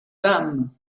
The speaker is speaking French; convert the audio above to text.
dame